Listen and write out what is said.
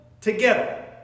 together